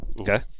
Okay